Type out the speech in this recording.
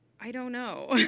i don't know.